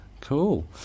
cool